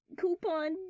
coupon